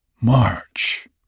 march